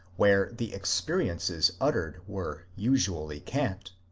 where the experiences uttered were usually cant,